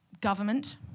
Government